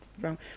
wrong